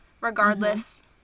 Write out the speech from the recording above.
regardless